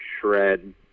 shred